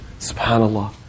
SubhanAllah